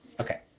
Okay